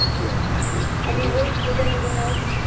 two and a half years. have you worked with anyone else,